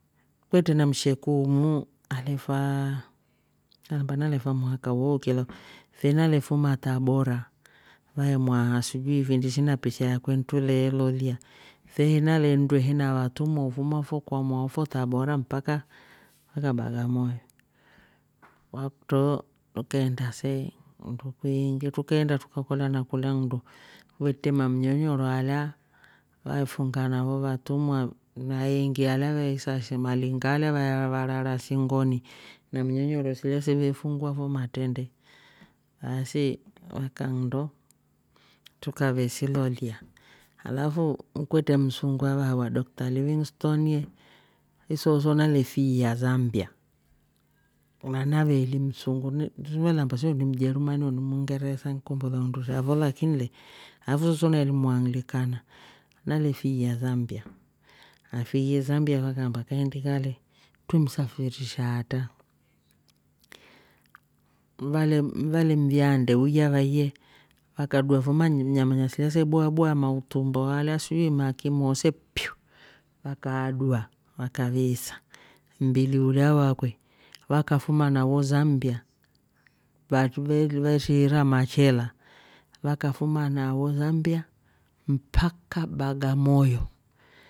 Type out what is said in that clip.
Kwetre na msheku umu alefaa. valeamba alefa mwaaka wooki lau fe nale fuma tabora vaemwaha sijui fe ndishi na pisha yakwe trule lolya. fenaleeh nndwe he na watumwa ufuma fo kwamwao fo tabora mpaka bagamoyo. kwakutroo tukeenda se nndu kwiingi trukeenda tukakolya na kula nndu kuvetre manyonyoro alya vaefunga navo vatumwa naeengi alya vesasi malinga alya vaevarara singoni na mnyonyoro silya se ve fungwa fo matrende baasi wakanndo trukavesi lolya alafu kwetre msungu aweaawa dr living stone nsooso nalefiiya zambia na naveeli msungu ni- nva valeeamba sijui ni mjerumani oh ni muingeresa nkumbule undusha fo lakini le na fesooso aveeli mwanglikana nalefiiya zambia, afiiye zambia vakaamba kaindika le twre msafirisha atra. valem- valemvyaa ndeu iya vaiye vakadua fo manyama nyama silya se bwaa bwaa mautumbo alya sijui maki moose piyuu! Vakaadua vakaviisa mmbili ulya wakwe vakafuma nawo zambia veshiira machela vakafuma nawo zambia mpaka bagamoyo,